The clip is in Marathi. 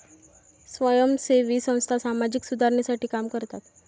स्वयंसेवी संस्था सामाजिक सुधारणेसाठी काम करतात